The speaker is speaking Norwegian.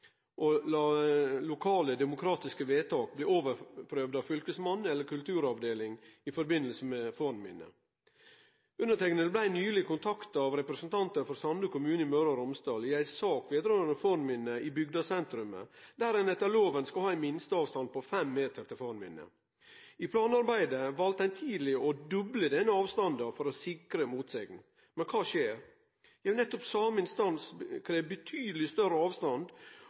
å la lokale, demokratiske vedtak bli overprøvde av Fylkesmannen eller kulturavdelinga i forbindelse med fornminner. Underteikna blei nyleg kontakta av representantar frå Sande kommune i Møre og Romsdal i ei sak som gjeld fornminner i bygdesentrumet, der ein etter loven skal ha ein minsteavstand på fem meter til fornminnet. I planarbeidet valde ein tidleg å doble denne avstanden for å sikre seg mot motsegn. Men kva skjedde? Nettopp same instans kravde betydeleg større avstand,